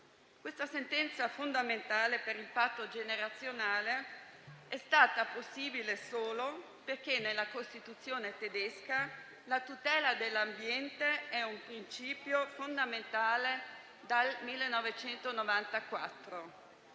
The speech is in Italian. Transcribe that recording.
Questa sentenza fondamentale per il patto generazionale è stata possibile solo perché nella Costituzione tedesca la tutela dell'ambiente è un principio fondamentale dal 1994,